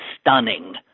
stunning